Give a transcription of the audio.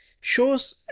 shows